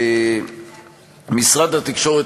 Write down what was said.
משרד התקשורת,